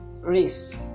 Race